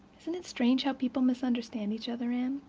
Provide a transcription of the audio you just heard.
isn't it strange how people misunderstand each other, anne?